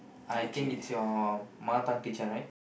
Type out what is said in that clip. I think it's your mother tongue teacher right